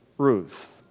Ruth